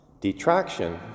detraction